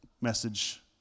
message